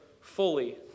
fully